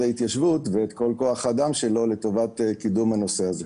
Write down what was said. ההתיישבות ואת כל כוח האדם שלו לטובת קידום הנושא הזה.